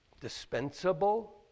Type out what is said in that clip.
dispensable